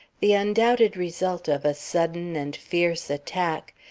the undoubted result of a sudden and fierce attack,